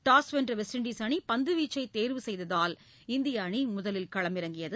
toss வென்ற West Indies அணி பந்துவீச்சை தேர்வு செய்ததால் இந்திய அணி முதலில் களமிறங்கியது